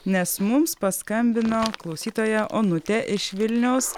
nes mums paskambino klausytoja onutė iš vilniaus